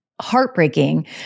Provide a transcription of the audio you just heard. heartbreaking